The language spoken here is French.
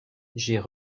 j’ai